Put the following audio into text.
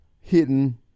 hidden